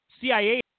CIA